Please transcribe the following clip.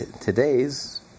today's